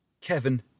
Kevin